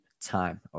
time